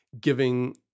giving